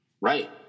Right